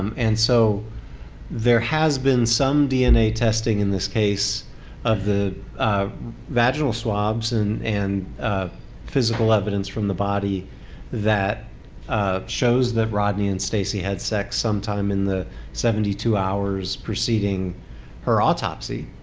um and so there has been some dna testing in this case of the vaginal swabs and and physical evidence from the body that shows that rodney and stacey had sex some time in the seventy two hours preceding her autopsy